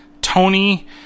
Tony